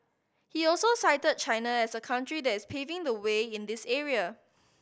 he also cited China as a country that is paving the way in this area